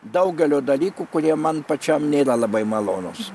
daugelio dalykų kurie man pačiam nėra labai malonūs